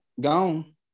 Gone